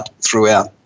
throughout